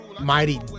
Mighty